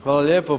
Hvala lijepo.